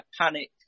panic